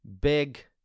big